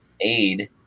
aid